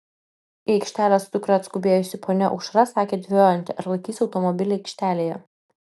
į aikštelę su dukra atskubėjusi ponia aušra sakė dvejojanti ar laikys automobilį aikštelėje